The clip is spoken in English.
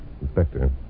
Inspector